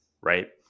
right